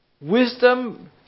wisdom